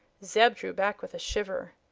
zeb drew back with a shiver.